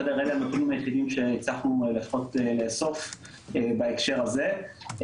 אלה הם היחידים שהצלחנו לפחות לאסוף בהקשר הזה,